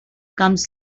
comes